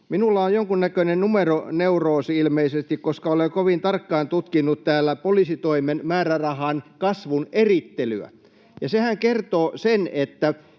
Minulla on jonkunnäköinen numeroneuroosi ilmeisesti, koska olen kovin tarkkaan tutkinut täällä poliisitoimen määrärahan kasvun erittelyä, ja sehän kertoo sen, että